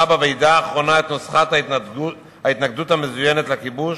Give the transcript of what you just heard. בוועידה האחרונה את נוסחת ההתנגדות המזוינת לכיבוש?